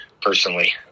Personally